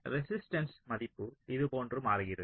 resistance மதிப்பு இதுபோன்று மாறுகிறது